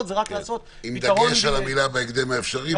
זה רק לתת פתרון --- עם דגש על המילה "בהקדם האפשרי",